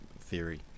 theory